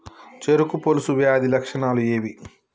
చెరుకు పొలుసు వ్యాధి లక్షణాలు ఏవి?